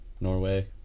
Norway